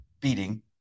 beating